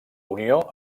unió